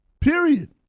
period